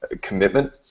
commitment